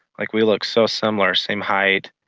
like we look so similar, same height.